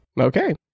Okay